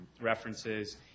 references